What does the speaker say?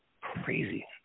Crazy